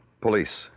Police